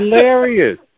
Hilarious